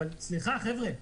סליחה, חבר'ה,